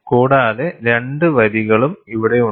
കൂടാതെ 2 വരികളും ഇവിടെയുണ്ട്